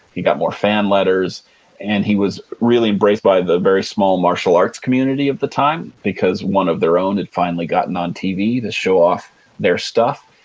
he got more fan letters and he was really embraced by the very small martial arts community of the time because one of their own had finally gotten on tv to show off their stuff.